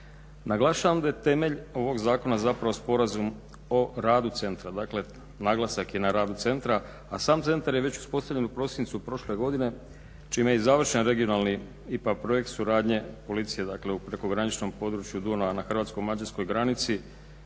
Naglašavam da je temelj ovog zakona zapravo sporazum o radu centra. Dakle naglasak je na radu centra a sam centar je već uspostavljen u prosincu prošle godine čime je i završen regionalni IPA projekt suradnje policije dakle u prekograničnom području Dunava na hrvatsko-mađarskoj granici